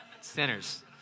Sinners